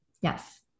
Yes